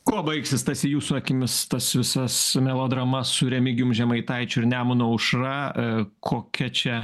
kuo baigsis stasy jūsų akimis tas visas melodrama su remigijum žemaitaičiu ir nemuno aušra kokia čia